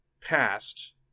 past